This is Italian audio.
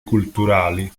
culturali